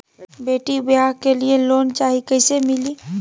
बेटी ब्याह के लिए लोन चाही, कैसे मिली?